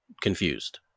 confused